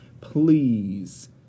Please